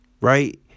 right